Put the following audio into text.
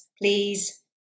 please